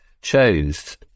chose